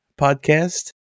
podcast